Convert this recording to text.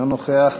אינו נוכח.